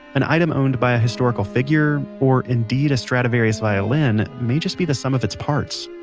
an item owned by a historical figure, or indeed a stradivarius violin may just be the sum of its parts,